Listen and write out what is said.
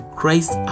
christ